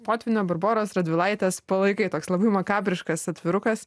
potvynio barboros radvilaitės palaikai toks labai makabriškas atvirukas